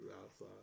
outside